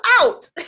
out